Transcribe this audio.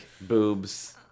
boobs